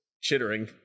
chittering